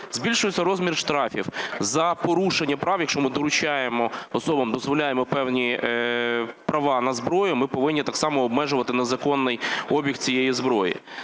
збільшується розмір штрафів за порушення прав, якщо ми доручаємо, особам дозволяємо певні права на зброю, ми повинні так само обмежувати незаконний обіг цієї зброї;